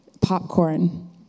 popcorn